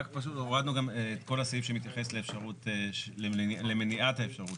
הורדנו גם את כל הסעיף שמתייחס למניעת האפשרות